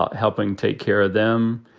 helping take care of them.